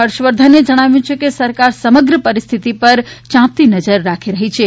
હર્ષવર્ધને જણાવ્યુ છે કે સરકાર સમગ્ર પરિસ્થિતી ઉપર યાંપતી નજર રાખી રહી છે